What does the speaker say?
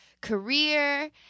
career